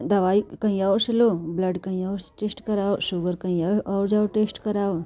दवाई कहीं और से लो ब्लड कहीं और टेस्ट कराओ शुगर कहीं और जाओ टेस्ट कराओ